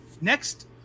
next